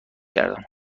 کردم